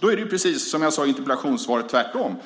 Då är det, precis som jag sade i interpellationssvaret, tvärtom,